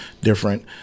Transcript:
different